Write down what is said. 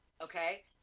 okay